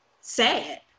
sad